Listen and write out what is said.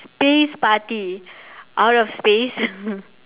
space party out of space